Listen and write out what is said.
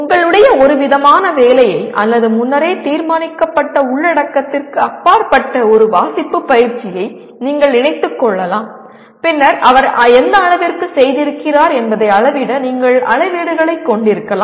உங்களுடைய ஒருவிதமான வேலையை அல்லது முன்னரே தீர்மானிக்கப்பட்ட உள்ளடக்கத்திற்கு அப்பாற்பட்ட ஒரு வாசிப்பு பயிற்சியை நீங்கள் இணைத்துக் கொள்ளலாம் பின்னர் அவர் எந்த அளவிற்கு செய்திருக்கிறார் என்பதை அளவிட நீங்கள் அளவீடுகளைக் கொண்டிருக்கலாம்